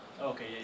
okay